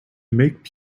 make